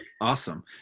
Awesome